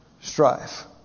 Strife